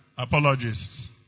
apologists